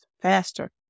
faster